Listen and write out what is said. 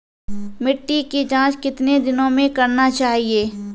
मिट्टी की जाँच कितने दिनों मे करना चाहिए?